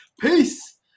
Peace